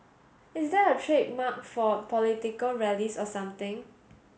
is that her trademark for political rallies or something